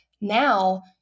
Now